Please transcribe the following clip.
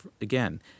again